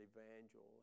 Evangel